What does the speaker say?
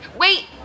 Wait